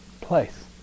place